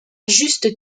juste